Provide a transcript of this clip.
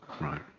Right